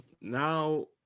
Now